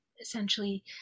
essentially